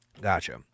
Gotcha